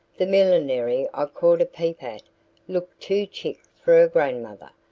the millinery i caught a peep at looked too chic for a grandmother.